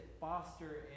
foster